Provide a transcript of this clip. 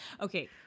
okay